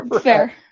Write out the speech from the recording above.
fair